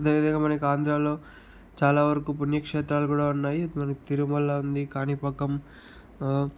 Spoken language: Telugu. అదేవిధంగా మనకి ఆంధ్రాలో చాలావరకు పుణ్యక్షేత్రాలు కూడా ఉన్నాయి మనకి తిరుమల ఉంది కాణిపాకం